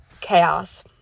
chaos